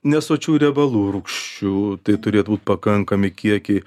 nesočiųjų riebalų rūgščių tai turėtų būt pakankami kiekiai